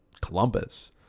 Columbus